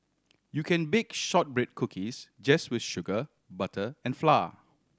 you can bake shortbread cookies just with sugar butter and flour